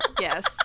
Yes